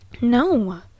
no